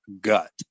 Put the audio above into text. gut